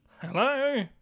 Hello